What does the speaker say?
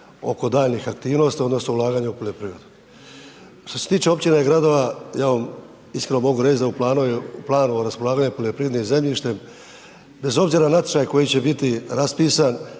oko daljnjih aktivnosti odnosno ulaganja u poljoprivredu. Što se tiče općina i gradova, ja vam iskreno mogu reći da u planu o raspolaganju poljoprivrednim zemljištem, bez obzira na natječaj koji će biti raspisan,